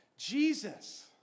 Jesus